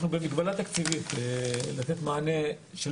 אנחנו במגבלה תקציבית בשביל לתת מענה של